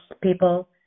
people